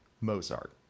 Mozart